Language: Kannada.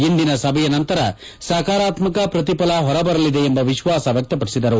ಇಂದಿನ ಸಭೆಯ ನಂತರ ಸಕಾರಾತ್ಮಕ ಪ್ರತಿಫಲ ಹೊರಬರಬರಲಿದೆ ಎಂಬ ವಿಶ್ವಾಸ ವ್ಯಕ್ತಪಡಿಸಿದರು